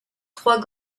trois